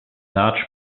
large